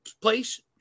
place